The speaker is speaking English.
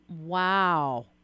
Wow